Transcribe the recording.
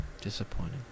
Disappointing